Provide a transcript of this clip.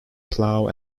plow